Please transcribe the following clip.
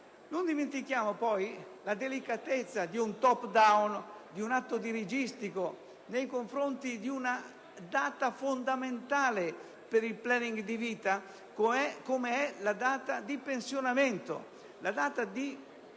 Non dimentichiamo poi la delicatezza di un *top down*,di un atto dirigistico nei confronti di una data fondamentale per il *planning* di vita, come è la data di pensionamento. La data di prevedibile